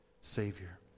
Savior